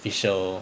fischl